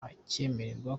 akemererwa